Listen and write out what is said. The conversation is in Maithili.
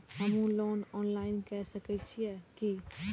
हमू लोन ऑनलाईन के सके छीये की?